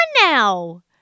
now